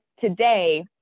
today